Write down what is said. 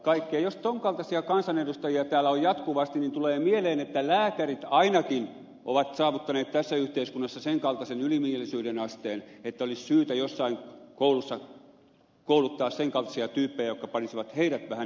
jos tuon kaltaisia kansanedustajia täällä on jatkuvasti niin tulee mieleen että lääkärit ainakin ovat saavuttaneet tässä yhteiskunnassa sen kaltaisen ylimielisyyden asteen että olisi syytä jossain koulussa kouluttaa sen kaltaisia tyyppejä jotka panisivat heidät vähän niin kuin miettimään näitä asioita